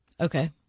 Okay